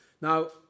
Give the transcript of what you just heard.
Now